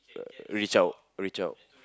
reach out reach out